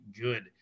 good